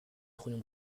trognon